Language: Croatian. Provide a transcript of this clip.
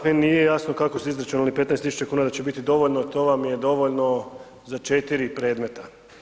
Meni nije jasno kako ste izračunali 15 tisuća kuna da će biti dovoljno, to vam je dovoljno za 4 predmeta.